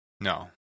no